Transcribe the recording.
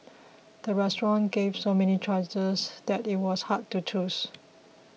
the restaurant gave so many choices that it was hard to choose